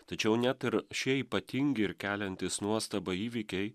tačiau net ir šie ypatingi ir keliantys nuostabą įvykiai